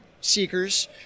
seekers